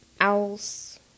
Owls